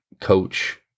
coach